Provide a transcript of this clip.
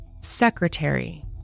Secretary